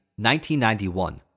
1991